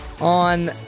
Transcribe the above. on